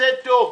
תרצה טוב,